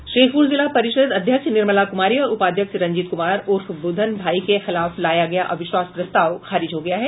शेखपुरा जिला परिषद् अध्यक्ष निर्मला कुमारी और उपाध्यक्ष रंजीत कुमार उर्फ बुधन भाई के खिलाफ लाया गया अविश्वास प्रस्ताव खारिज हो गया है